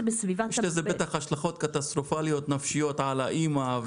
זה בסביבת --- יש לזה בטח השלכות קטסטרופליות נפשיות על האימא,